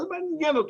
מה זה מעניין אותו?